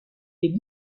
les